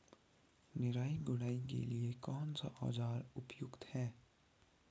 निराई गुड़ाई के लिए कौन सा औज़ार उपयुक्त है?